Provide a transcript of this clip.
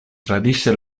tradisce